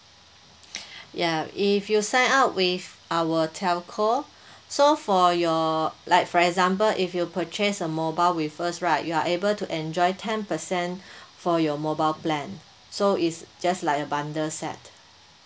ya if you sign up with our telco so for your like for example if you purchase a mobile with us right you are able to enjoy ten percent for your mobile plan so it's just like a bundle set